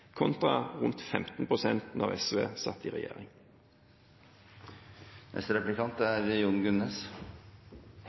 kontra rundt 15 pst. da SV satt i regjering. Venstre er